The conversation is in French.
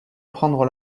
prendre